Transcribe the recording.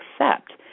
accept